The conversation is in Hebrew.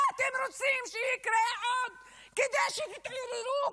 מה עוד אתם רוצים שיקרה כדי שתתעוררו,